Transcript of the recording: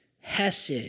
Hesed